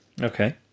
Okay